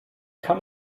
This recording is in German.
kann